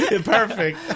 perfect